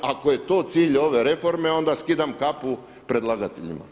Ako je to cilj ove reforme onda skidam kapu predlagateljima.